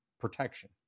protection